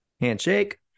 Handshake